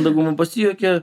dauguma pasijuokia